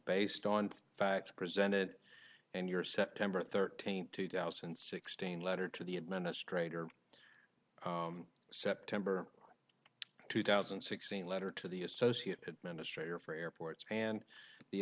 based on facts presented in your september thirteenth two thousand and sixteen letter to the administrator september two thousand and sixteen letter to the associate administrator for airports and the